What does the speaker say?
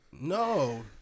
No